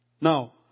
Now